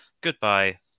Goodbye